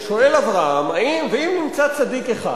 שואל אברהם: ואם נמצא צדיק אחד?